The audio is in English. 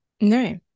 No